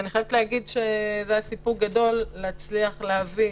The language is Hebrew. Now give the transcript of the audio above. זה היה סיפור גדול להצליח להביא